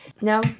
no